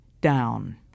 down